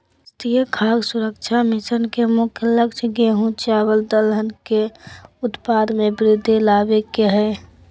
राष्ट्रीय खाद्य सुरक्षा मिशन के मुख्य लक्ष्य गेंहू, चावल दलहन के उत्पाद में वृद्धि लाबे के हइ